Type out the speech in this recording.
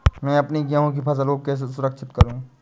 मैं अपनी गेहूँ की फसल को कैसे सुरक्षित करूँ?